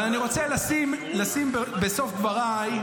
אבל אני רוצה לשים בסוף דבריי,